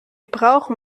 brauchen